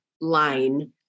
line